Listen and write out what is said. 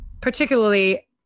particularly